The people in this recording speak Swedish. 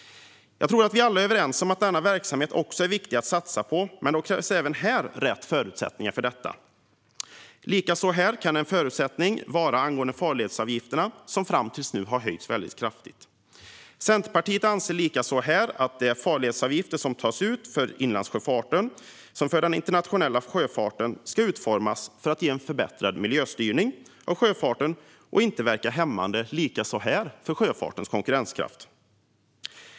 Jag tror att vi alla är överens om att denna verksamhet är viktig att satsa på, men även här krävs rätt förutsättningar. En sådan förutsättning kan vara farledsavgifterna. De har fram till nu höjts väldigt kraftigt. Centerpartiet anser att de farledsavgifter som tas ut för såväl inlandssjöfarten som den internationella sjöfarten ska utformas för att ge en förbättrad miljöstyrning av sjöfarten och inte verka hämmande på sjöfartens konkurrenskraft.